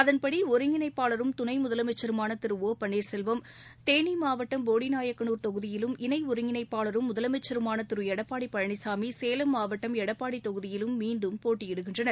அதன்படி ஒருங்கிணைப்பாளரும் துணை முதலமைச்சருமான திரு ஒ பன்னீர்செல்வம் தேனி மாவட்டம் போடி நாயக்கனூர் தொகுதியிலும் இணை ஒருங்கிணைப்பாளரும் முதலமைச்சருமான திரு எடப்பாடி பழனிசாமி சேலம் மாவட்டம் எடப்பாடி தொகுதியிலும் மீண்டும் போட்டியிடுகின்றனர்